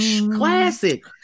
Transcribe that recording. Classic